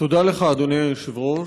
תודה לך, אדוני היושב-ראש.